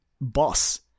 boss